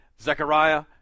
Zechariah